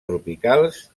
tropicals